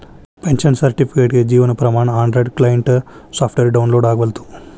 pension ಸರ್ಟಿಫಿಕೇಟ್ಗೆ Jeevan Pramaan Android client software download ಆಗವಲ್ತು